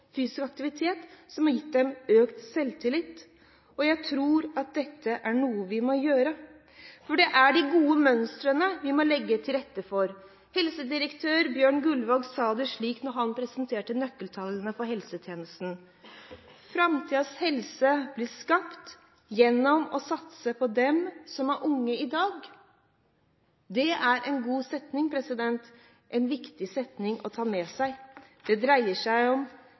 Fysisk aktivitet kunne være det som ga dem økt selvtillit. Jeg tror at dette er noe vi må gjøre. For det er de gode mønstrene vi må legge til rette for. Da helsedirektør Bjørn Guldvog presenterte nøkkeltallene for helsetjenesten, sa han at «framtidens helse blir skapt gjennom å satse på dem som er unge i dag». Det er en god setning, en viktig setning å ta med seg. Det dreier seg om